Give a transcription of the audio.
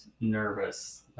nervous